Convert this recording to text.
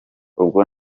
ubwo